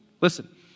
Listen